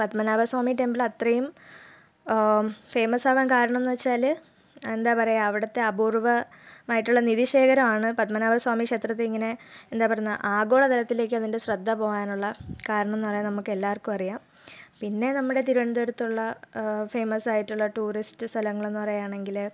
Padmanabhaswamy temple അത്രയും famous ആവാൻ കാരണം എന്ന് വെച്ചാൽ എന്താണ് പറയുക അവിടുത്തെ അപൂർവ്വമായിട്ടുള്ള നിധി ശേഖരമാണ് പത്മനാഭസ്വാമി ക്ഷേത്രത്തെ ഇങ്ങനെ എന്താണ് പറയുന്നത് ആഗോളതലത്തിലേക്ക് അതിൻ്റെ ശ്രദ്ധ പോവാനുള്ള കാരണം എന്ന് പറഞ്ഞാൽ നമുക്ക് എല്ലാവർക്കും അറിയാം പിന്നെ നമ്മുടെ തിരുവനന്തപുരത്തുള്ള ഫേമസ് ആയിട്ടുള്ള ടൂറിസ്റ്റ് സ്ഥലങ്ങൾ എന്ന് പറയുകയാണെങ്കിൽ